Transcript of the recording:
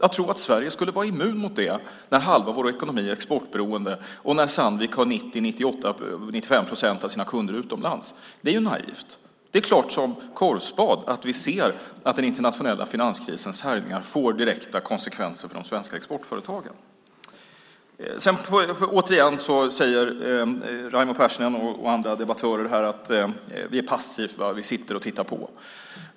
Att tro att Sverige skulle vara immunt mot det när halva vår ekonomi är exportberoende och Sandvik har 95 procent av sina kunder utomlands är naivt. Det är klart som korvspad att vi ser att den internationella finanskrisens härjningar får direkta konsekvenser för de svenska exportföretagen. Återigen säger Raimo Pärssinen med flera debattörer att vi är passiva och sitter och tittar på.